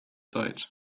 deutsch